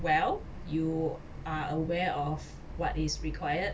well you are aware of what is required